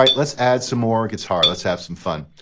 um let's add some more guitar. let's have some fun.